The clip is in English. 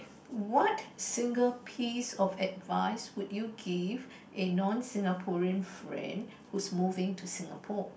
what single piece of advice would you give in non Singaporean friend who's moving to Singapore